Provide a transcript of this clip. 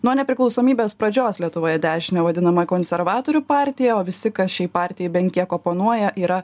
nuo nepriklausomybės pradžios lietuvoje dešine vadinama konservatorių partija o visi kas šiai partijai bent kiek oponuoja yra